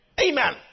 Amen